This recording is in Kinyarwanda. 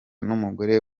n’umugore